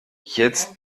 jetzt